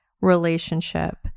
relationship